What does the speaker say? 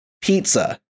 pizza